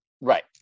Right